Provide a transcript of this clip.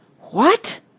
What